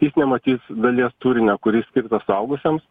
ji nematys dalies turinio kuris skirtas suaugusiems